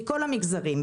מכל המגזרים,